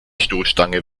stoßstange